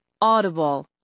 Audible